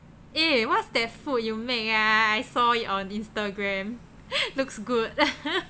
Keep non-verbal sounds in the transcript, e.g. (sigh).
eh what's that food you make ah I saw it on Instagram (laughs) looks good